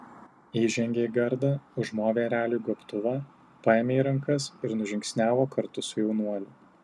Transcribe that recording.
įžengė į gardą užmovė ereliui gobtuvą paėmė į rankas ir nužingsniavo kartu su jaunuoliu